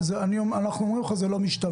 אבל אנחנו אומרים לך שזה לא משתמע.